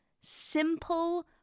Simple